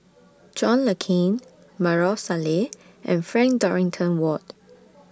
John Le Cain Maarof Salleh and Frank Dorrington Ward